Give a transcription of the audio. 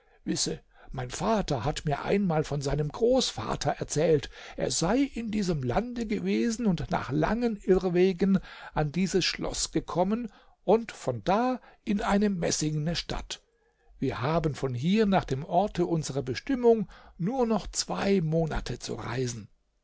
wisse mein vater hat mir einmal von seinem großvater erzählt er sei in diesem lande gewesen und nach langen irrwegen an dieses schloß gekommen und von da in eine messingne stadt wir haben von hier nach dem orte unserer bestimmung nur noch zwei monate zu reisen